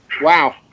Wow